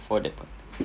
for that part